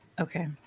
Okay